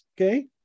okay